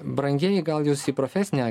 brangieji gal jūs į profesinę